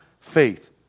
Faith